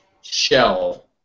shell